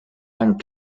and